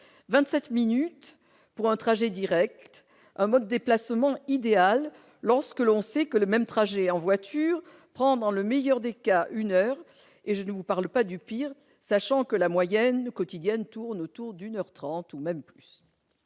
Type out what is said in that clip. minutes pour un trajet direct, un mode de déplacement idéal lorsque l'on sait que le même trajet en voiture prend dans le meilleur des cas une heure, et je ne vous parle pas du pire, sachant que la moyenne quotidienne tourne autour d'une heure et demie !